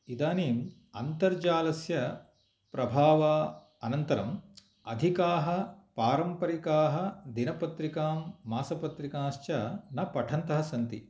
इदानीम् अन्तर्जालस्य प्रभावः अनन्तरम् अधिकाः पारम्परिकाः दिनपत्रिकां मासपत्रिकाश्च न पठन्तः सन्ति